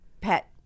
pet